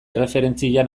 erreferentzia